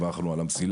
אבל אנחנו על המסילה.